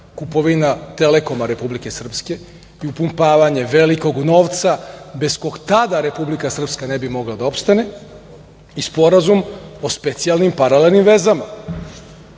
kupovina „Telekoma“ Republike Srpske, i upumpavanje velikog novca, bez kog tada Republika Srpska ne bi mogla da opstane i Sporazum o specijalnim paralelnim vezama.